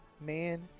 man